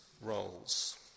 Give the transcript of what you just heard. roles